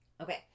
Okay